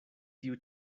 tiu